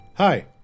Hi